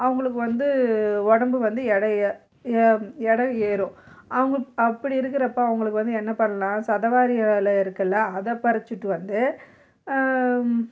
அவங்களுக்கு வந்து உடம்பு வந்து எடை எடை ஏறும் அவங்க அப்படி இருக்கிறப்போ அவங்களுக்கு வந்து என்ன பண்ணலாம் சதவாரி இல இருக்குல்ல அதை பறித்துட்டு வந்து